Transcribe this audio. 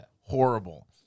horrible